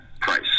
price